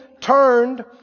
turned